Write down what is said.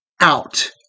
out